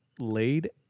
laid